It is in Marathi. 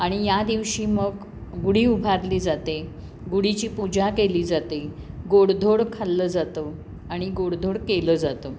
आणि या दिवशी मग गुढी उभारली जाते गुढीची पूजा केली जाते गोडधोड खाल्लं जातं आणि गोडधोड केलं जातं